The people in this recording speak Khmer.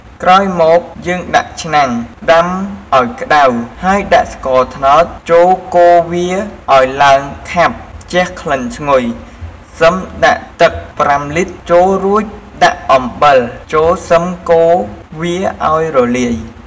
ក្រោយមកយេីងដាក់ឆ្នាំងដាំឱ្យក្តៅហេីយដាក់ស្ករត្នោតចូលកូរវាឱ្យឡើងខាប់ជះក្លិនឈ្ងុយសឹមដាក់ទឹកប្រាំលីត្រចូលរួចដាក់អំបិលចូលសឹមកូរវាឱ្យរលាយ។